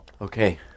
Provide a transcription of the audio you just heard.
Okay